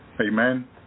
Amen